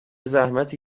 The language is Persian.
زحمتی